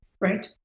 right